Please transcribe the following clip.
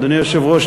אדוני היושב-ראש,